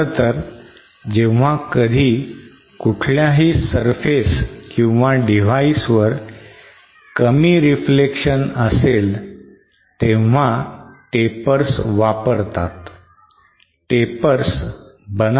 खरतर जेव्हा कधी कुठल्याही surface किंवा device वर कमी reflection असेल तेव्हा tapers वापरतात